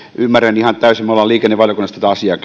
ymmärrän ihan täysin me olemme liikennevaliokunnassa tätä asiaa